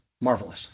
Marvelous